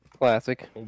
Classic